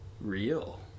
real